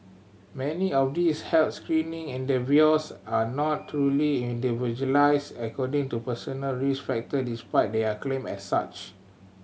many of these health screening endeavours are not truly individualised according to personal risk factor despite their claim as such